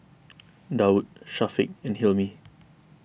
Daud Syafiq and Hilmi